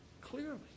clearly